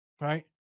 right